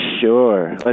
sure